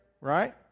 right